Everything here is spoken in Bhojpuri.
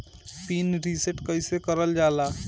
पीन रीसेट कईसे करल जाला?